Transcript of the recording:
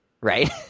right